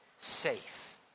safe